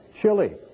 Chile